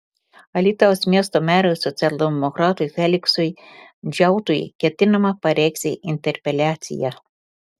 alytaus miesto merui socialdemokratui feliksui džiautui ketinama pareikšti interpeliaciją